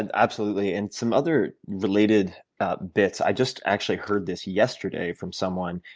and absolutely and some other related bits i just actually heard this yesterday from someone,